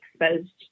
exposed